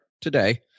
Today